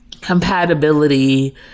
compatibility